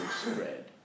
spread